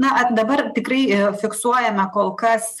na dabar tikrai fiksuojame kol kas